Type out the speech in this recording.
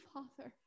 Father